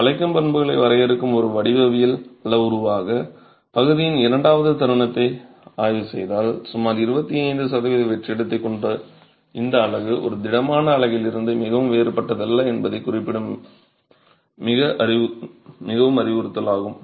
வளைக்கும் பண்புகளை வரையறுக்கும் ஒரு வடிவவியல் அளவுருவாக பகுதியின் இரண்டாவது தருணத்தை ஆய்வு செய்தால் சுமார் 25 சதவிகித வெற்றிடத்தை கொண்ட இந்த அலகு ஒரு திடமான அலகில் இருந்து மிகவும் வேறுபட்டதல்ல என்பதைக் குறிப்பிடும் மிகவும் அறிவுறுத்தலாகும்